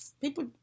People